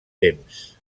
temps